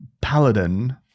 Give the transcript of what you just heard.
Paladin